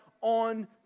on